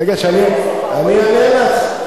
רגע, אני אענה לך.